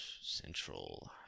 Central